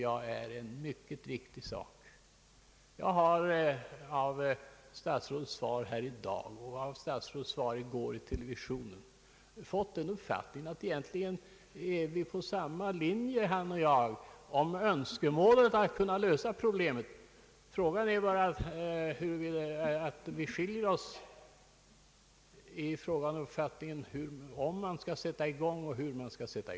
Av statsrådets svar i dag och i TV i går har jag fått uppfattningen att vi egentligen är på samma linje, han och jag, om önskemålet att kunna lösa problemen. Men våra åsikter går isär om huruvida man skall sätta i gång att försöka lösa problemet och hur detta skall angripas.